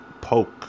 poke